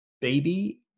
baby